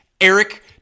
Eric